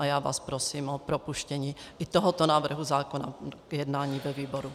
Já vás prosím o propuštění i tohoto návrhu zákona k jednání ve výboru.